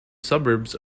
suburbs